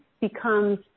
becomes